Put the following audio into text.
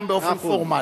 גם באופן פורמלי.